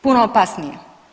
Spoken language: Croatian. Puno opasnije.